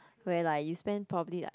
where like you spend probably like